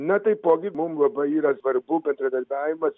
na taipogi mum labai yra svarbu bendradarbiavimas